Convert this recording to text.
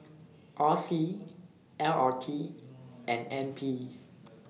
R C L R T and N P